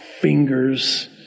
fingers